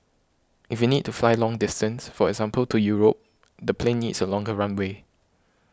if we need to fly long distance for example to Europe the plane needs a longer runway